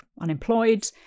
unemployed